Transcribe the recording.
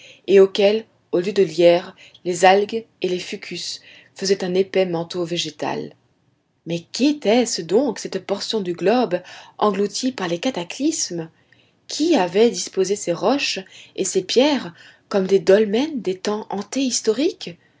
et auxquels au lieu de lierre les algues et les fucus faisaient un épais manteau végétal mais qu'était donc cette portion du globe engloutie par les cataclysmes qui avait disposé ces roches et ces pierres comme des dolmens des temps